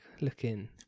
looking